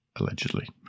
allegedly